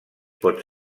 pot